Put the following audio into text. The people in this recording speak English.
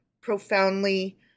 profoundly